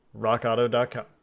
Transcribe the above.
rockauto.com